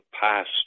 passed